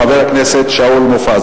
חבר הכנסת שאול מופז.